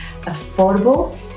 affordable